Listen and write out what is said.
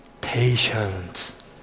Patient